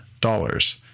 dollars